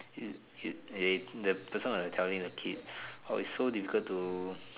you you they the person was like telling the kids oh it's so difficult to